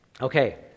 Okay